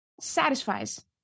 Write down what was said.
satisfies